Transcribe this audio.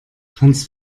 kannst